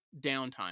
downtime